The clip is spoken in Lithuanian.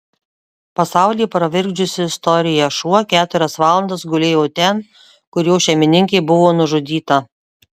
pasaulį pravirkdžiusi istorija šuo keturias valandas gulėjo ten kur jo šeimininkė buvo nužudyta